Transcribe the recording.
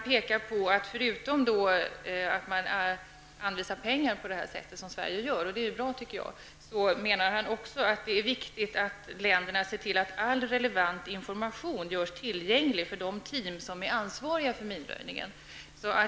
Förutom att man som Sverige gör anvisar pengar på detta sätt, något som jag tycker är bra, anser denna brittiske minröjningsexpert att det är viktigt att länderna ser till att all relevant information som man får görs tillgänglig för de team som är ansvariga för minröjningen.